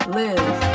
live